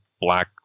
black